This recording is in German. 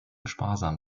sparsam